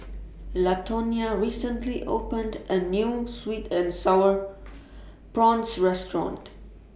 Latonya recently opened A New Sweet and Sour Prawns Restaurant